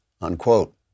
Unquote